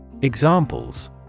Examples